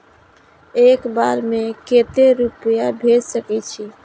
एक बार में केते रूपया भेज सके छी?